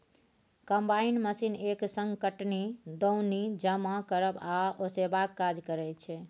combine machine एक संग कटनी, दौनी, जमा करब आ ओसेबाक काज करय छै